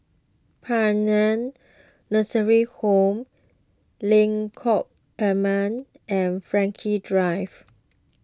Paean Nursing Home Lengkok Enam and Frankel Drive